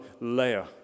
layer